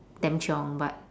damn chiong but